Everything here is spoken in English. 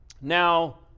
Now